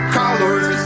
colors